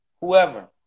whoever